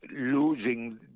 losing